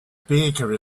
baker